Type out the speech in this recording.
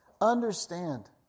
Understand